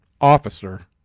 officer